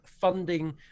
funding